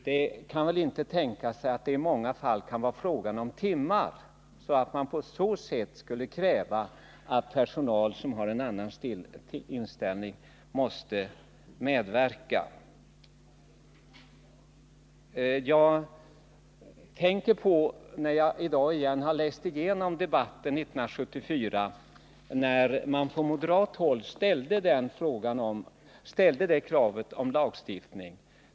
Det kan väl inte tänkas att det i särskilt många fall kan vara fråga om timmar, så att man därför skulle kräva att personal som har en annan inställning skall medverka? När jag i dag igen läste igenom debatten från 1974 kom jag att tänka på att man från moderat håll ställde kravet om lagstiftning.